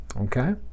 Okay